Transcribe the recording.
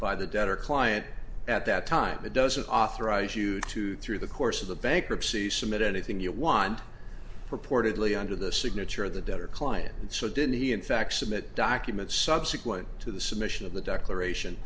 by the debtor client at that time it doesn't authorize you to through the course of the bankruptcy submit anything you want purportedly under the signature of the debtor client and so did he in fact submit documents subsequent to the submission of the declaration